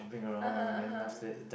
(uh huh) (uh huh)